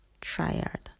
triad